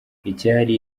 icyari